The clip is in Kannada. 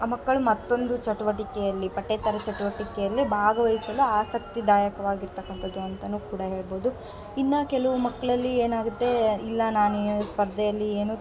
ಆ ಮಕ್ಕಳು ಮತ್ತೊಂದು ಚಟುವಟಿಕೆಯಲ್ಲಿ ಪಠ್ಯೇತರ ಚಟುವಟಿಕೆಯಲ್ಲಿ ಭಾಗವಹಿಸಲು ಆಸಕ್ತಿದಾಯಕವಾಗಿರ್ತಕ್ಕಂಥದ್ದು ಅಂತಲೂ ಕೂಡ ಹೇಳ್ಬೌದು ಇನ್ನ ಕೆಲವು ಮಕ್ಕಳಲ್ಲಿ ಏನಾಗತ್ತೆ ಇಲ್ಲ ನಾನು ಈ ಸ್ಪರ್ಧೆಯಲ್ಲಿ ಏನು